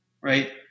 right